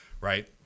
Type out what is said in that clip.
Right